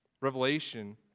Revelation